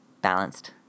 balanced